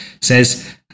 says